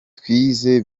twize